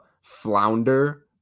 flounder